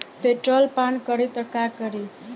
Petrol पान करी त का करी?